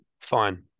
Fine